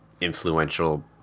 influential